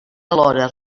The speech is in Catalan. alhora